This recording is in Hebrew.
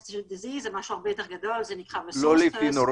החליטו שמיש מצליח להפיק עד ה-1 בינואר